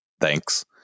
thanks